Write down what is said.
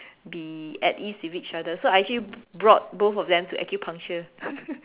be at ease with each other so I actually brought both of them to acupuncture